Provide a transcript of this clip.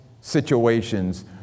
situations